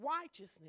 righteousness